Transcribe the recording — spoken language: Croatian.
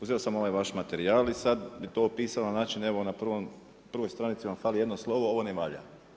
Uzeo sam ovaj vaš materijal i sad bi to opisao na način evo na prvoj stranici vam fali jedno slovo, ovo ne valja.